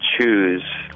choose